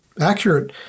accurate